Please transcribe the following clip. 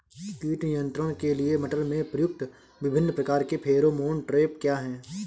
कीट नियंत्रण के लिए मटर में प्रयुक्त विभिन्न प्रकार के फेरोमोन ट्रैप क्या है?